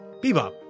Bebop